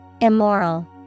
Immoral